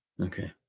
Okay